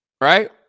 right